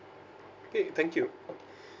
okay thank you